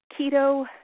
keto